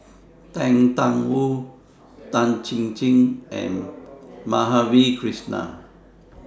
Tang DA Wu Tan Chin Chin and Madhavi Krishnan